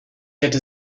hätte